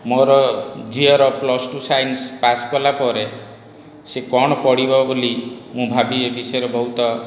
ମୋର ଝିଅର plus two science pass କଲା ପରେ ସେ କ'ଣ ପଢ଼ିବ ବୋଲି ମୁଁ ଭାବି ଏ ବିଷୟରେ ବହୁତ